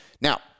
Now